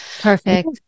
Perfect